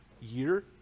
year